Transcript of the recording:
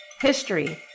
History